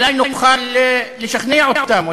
אולי נוכל לשכנע אותם,